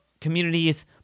communities